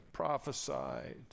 prophesied